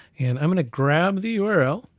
and i'm gonna grab the url,